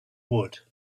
would